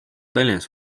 tallinnas